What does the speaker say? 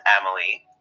Emily